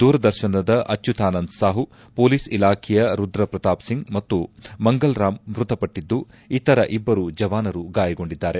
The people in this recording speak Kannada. ದೂರದರ್ಶನದ ಅಚ್ಯುತಾನಂದ್ ಸಾಹು ಪೊಲೀಸ್ ಇಲಾಖೆಯ ರುದ್ರ ಪ್ರತಾಪ್ ಸಿಂಗ್ ಮತ್ತು ಮಂಗಲ್ ರಾಮ್ ಮೃತಪಟ್ಟದ್ದು ಇತರ ಇಬ್ಬರು ಜವಾನರು ಗಾಯಗೊಂಡಿದ್ದಾರೆ